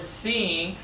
seeing